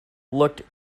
looked